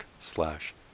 slash